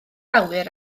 awyr